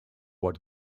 what